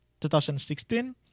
2016